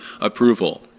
approval